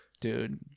dude